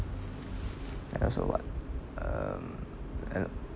and also what um and